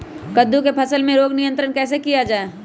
कददु की फसल में रोग नियंत्रण कैसे किया जाए?